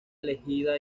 elegida